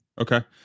Okay